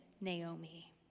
Naomi